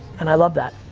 and i love that.